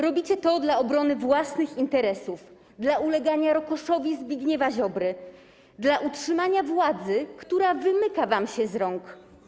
Robicie to dla obrony własnych interesów, dla ulegania rokoszowi Zbigniewa Ziobry, dla utrzymania władzy, która wymyka wam się z rąk.